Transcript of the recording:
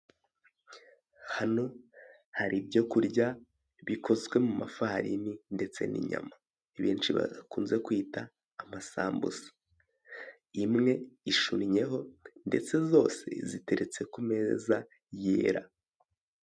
Hano hari ibyo kurya bikozwe mu mafarini ndetse n'inyama benshi bakunze kwita amasambusa. Imwe ishunnyeho ndetse zose ziteretse ku meza yera.